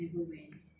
bedek seh